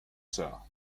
sir